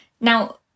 now